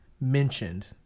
mentioned